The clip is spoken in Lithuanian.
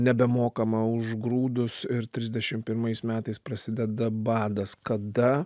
nebemokama už grūdus ir trisdešim pirmais metais prasideda badas kada